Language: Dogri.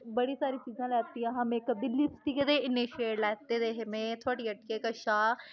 बड़ी सारियां चीज़ां लैतियां हियां मेकअप दी लिपस्टिक दे इन्ने शेड लैते दे हे में थुआड़ी हट्टियै कशा